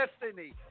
destiny